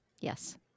Yes